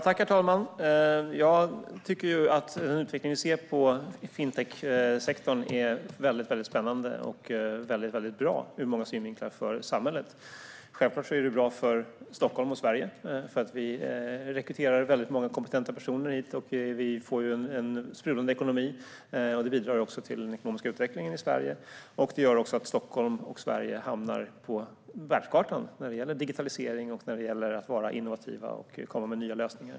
Herr talman! Jag tycker att utvecklingen som vi ser i fintechsektorn är mycket spännande och bra för samhället ur många synvinklar. Självklart är det bra för Stockholm och Sverige. Vi rekryterar många kompetenta personer hit och får en sprudlande ekonomi. Det bidrar också till den ekonomiska utvecklingen i Sverige och gör att Stockholm och Sverige hamnar på världskartan när det gäller digitalisering och att vara innovativa och komma med nya lösningar.